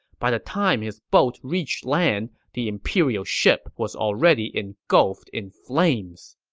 by the time his boat reached land, the imperial ship was already engulfed in flames.